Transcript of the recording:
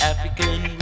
African